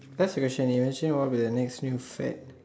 that's original the original one the next new fad